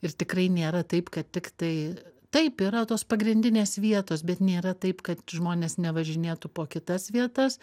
ir tikrai nėra taip kad tiktai taip yra tos pagrindinės vietos bet nėra taip kad žmonės nevažinėtų po kitas vietas